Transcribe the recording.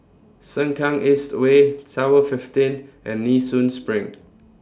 Sengkang East Way Tower fifteen and Nee Soon SPRING